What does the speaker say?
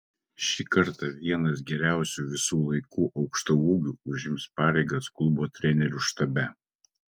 šį kartą vienas geriausių visų laikų aukštaūgių užims pareigas klubo trenerių štabe